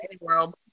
World